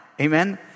Amen